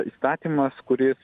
įstatymas kuris